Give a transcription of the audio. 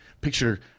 picture